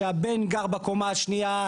שהבן גר בקומה השנייה,